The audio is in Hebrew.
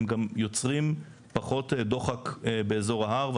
הם גם יוצרים פחות דוחק באזור ההר,